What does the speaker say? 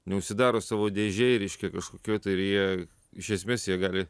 neužsidaro savo dėžėj reiškia kažkokioj ir jie iš esmės jie gali